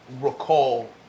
recall